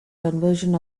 conversion